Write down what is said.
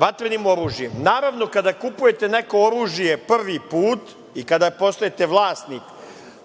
vatrenim oružjem. Naravno, kada kupujete neko oružje prvi put i kada postajete vlasnik